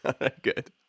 Good